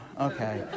Okay